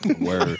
Word